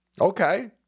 Okay